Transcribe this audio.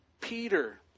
Peter